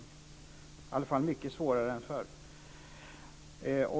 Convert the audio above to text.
Det är i alla fall mycket svårare än förr.